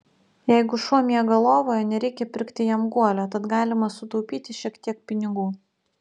jeigu šuo miega lovoje nereikia pirkti jam guolio tad galima sutaupyti šiek tiek pinigų